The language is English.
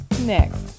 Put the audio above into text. next